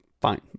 fine